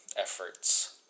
efforts